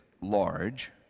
large